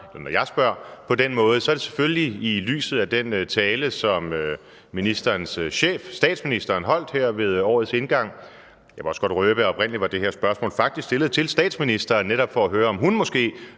når jeg spørger på den måde, er det selvfølgelig i lyset af den tale, som ministerens chef, statsministeren, holdt her ved årets indgang. Jeg vil også godt røbe, at det her spørgsmål faktisk oprindeligt var stillet til statsministeren netop for at høre, om hun måske